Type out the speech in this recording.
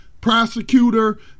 prosecutor